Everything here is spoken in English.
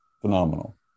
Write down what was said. Phenomenal